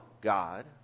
God